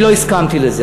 אני לא הסכמתי לזה.